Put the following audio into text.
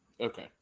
Okay